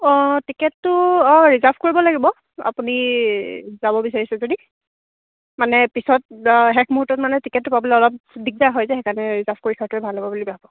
অঁ টিকেটটো অঁ ৰিজাৰ্ভ কৰিব লাগিব আপুনি যাব বিচাৰিছে যদি মানে পিছত শেষ মূ্হুৰ্তত মানে টিকেটটো পাবলৈ অলপ দিগদাৰ হয় যে সেইকাৰণে ৰিজাৰ্ভ কৰি থোৱাটোৱে ভাল হ'ব বুলি ভাবোঁ